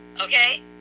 okay